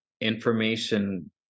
information